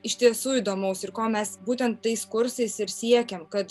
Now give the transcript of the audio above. iš tiesų įdomaus ir ko mes būtent tais kursais ir siekiam kad